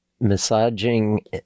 massaging